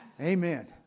Amen